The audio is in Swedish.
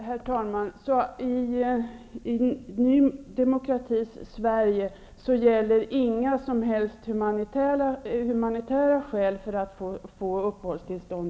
Herr talman! I Ny Demokratis Sverige gäller inga som helst humanitära skäl för att få uppehållstillstånd.